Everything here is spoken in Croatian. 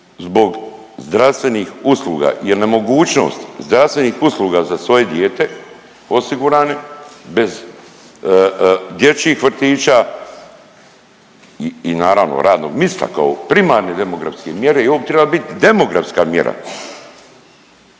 zbog zdravstvenih usluga jer nemogućnost zdravstvenih usluga za svoje dijete osigurane, bez dječjih vrtića i, i naravno radnog mista kao primarne demografske mjere i ovo bi trebala bit demografska mjera.